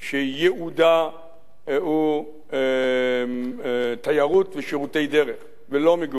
שייעודה הוא תיירות ושירותי דרך, ולא מגורים.